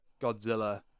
Godzilla